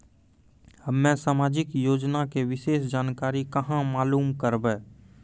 हम्मे समाजिक योजना के विशेष जानकारी कहाँ मालूम करबै?